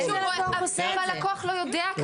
אבל שוב, אבל הלקוח לא יודע כרגע.